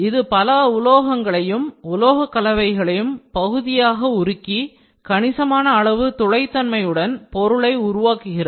இது பல உலோகங்களையும் உலோகக்கலவைகளையும் பகுதியாக உருக்கி கணிசமான அளவு துளைதன்மையுடன் பொருளை உருவாக்குகிறது